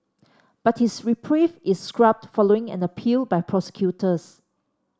but his reprieve is scrubbed following an appeal by prosecutors